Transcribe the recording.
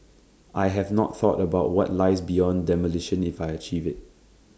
I have not thought about what lies beyond demolition if I achieve IT